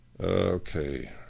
Okay